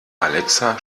alexa